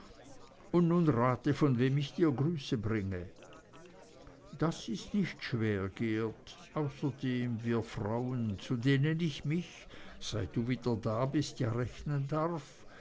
und nun rate von wem ich dir grüße bringe das ist nicht schwer geert außerdem wir frauen zu denen ich mich seitdem du wieder da bist ja rechnen darf